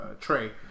tray